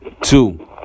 two